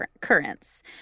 currents